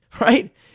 right